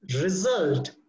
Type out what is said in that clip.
result